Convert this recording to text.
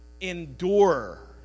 Endure